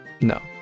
No